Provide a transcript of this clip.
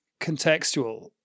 contextual